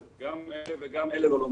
הבעייתיות לגביהם היא שגם הם לא חזרו